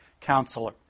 counselor